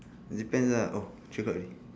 it depends ah oh three o'clock already